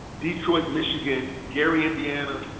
detroit michigan, gary indiana,